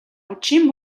үдшийн